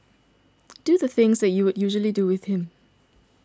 do the things that you would usually do with him